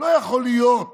לא יכול להיות